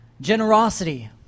Generosity